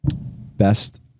Best